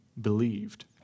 believed